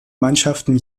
mannschaften